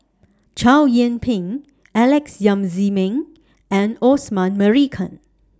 Chow Yian Ping Alex Yam Ziming and Osman Merican